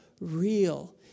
real